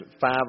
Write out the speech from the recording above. five